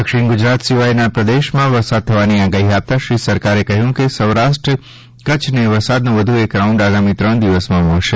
દક્ષિણ ગુજરાત સિવાયના પ્રદેશમાં વરસાદ થવાની આગાહી આપતા શ્રી સરકારે કહ્યું છે કે સૌરાષ્ટ્ર કચ્છને વરસાદનો વધુ એક રાઉન્ડ આગામી ત્રણ દિવસમાં મળશે